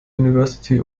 university